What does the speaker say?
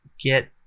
get